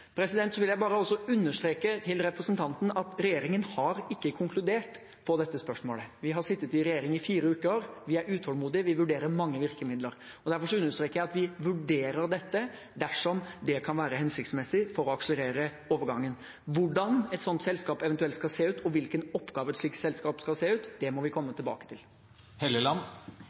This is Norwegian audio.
Jeg vil også understreke til representanten at regjeringen ikke har konkludert i dette spørsmålet. Vi har sittet i regjering i fire uker. Vi er utålmodige, og vi vurderer mange virkemidler. Derfor vil jeg understreke at vi vurderer dette dersom det kan være hensiktsmessig for å akselerere overgangen. Hvordan et slikt selskap eventuelt skal se ut, og hvilke oppgaver et slikt selskap skal ha, må vi komme tilbake